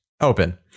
open